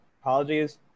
Apologies